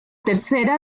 tercera